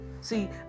See